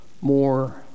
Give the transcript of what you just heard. more